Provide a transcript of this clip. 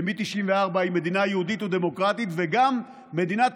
ומ-1994 היא מדינה יהודית ודמוקרטית וגם מדינת